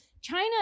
China